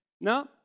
no